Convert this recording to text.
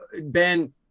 Ben